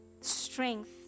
strength